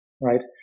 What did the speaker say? right